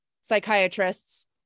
psychiatrists